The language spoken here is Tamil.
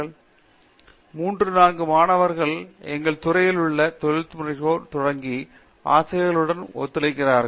பேராசிரியர் சத்யநாராயணன் என் கும்மாடி 3 4 மாணவர் எங்கள் துறையிலுள்ள தொழில்முனைவோர் தொடங்கி ஆசிரியர்களுடன் ஒத்துழைக்கின்றார் என நான் நினைக்கிறேன்